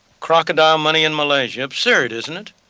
crocodile money in malaysia, absurd isn't it?